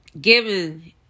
given